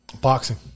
Boxing